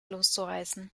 loszureißen